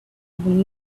even